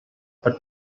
but